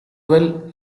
well